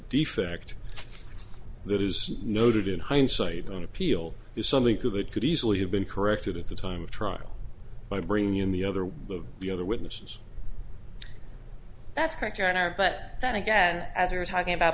defect that is noted in hindsight on appeal is something to that could easily have been corrected at the time of trial by bringing in the other one of the other witnesses that's correct your honor but then again as we were talking about